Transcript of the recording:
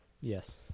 Yes